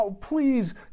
please